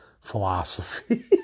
philosophy